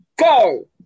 Go